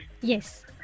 Yes